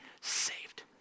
saved